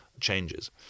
changes